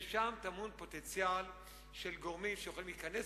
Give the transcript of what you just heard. שם טמון פוטנציאל של גורמים שיכולים להיכנס